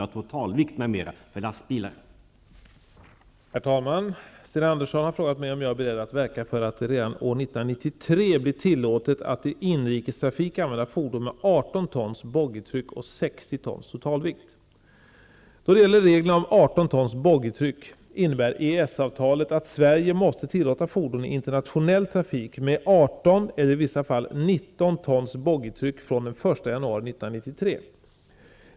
Herr talman! Sten Andersson i Malmö har frågat mig om jag är beredd att verka för att det redan år Då det gäller reglerna om 18 tons boggitryck innebär EES-avtalet att Sverige måste tillåta fordon i internationell trafik med 18 eller i vissa fall 19 tons boggitryck från den 1 januari 1993.